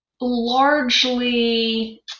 largely